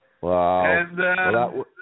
Wow